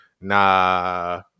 Nah